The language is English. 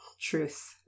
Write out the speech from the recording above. Truth